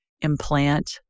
implant